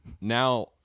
now